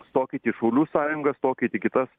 stokit į šaulių sąjungą stokit į kitas